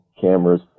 cameras